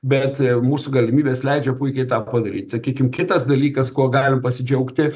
bet mūsų galimybės leidžia puikiai tą padaryt sakykim kitas dalykas kuo galim pasidžiaugti